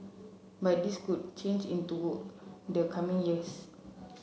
but this could change into the coming years